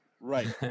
Right